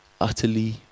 utterly